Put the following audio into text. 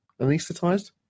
Anesthetized